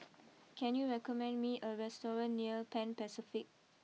can you recommend me a restaurant near Pan Pacific